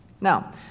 Now